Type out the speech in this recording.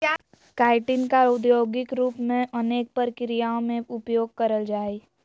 chitin का औद्योगिक रूप से अनेक प्रक्रियाओं में उपयोग करल जा हइ